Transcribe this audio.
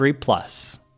Plus